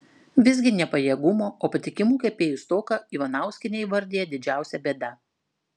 visgi ne pajėgumo o patikimų kepėjų stoką ivanauskienė įvardija didžiausia bėda